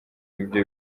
ibyo